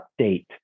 update